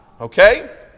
okay